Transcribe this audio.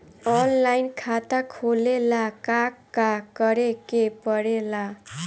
Online खाता खोले ला का का करे के पड़े ला?